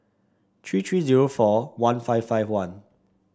three three zero four one five five one